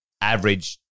average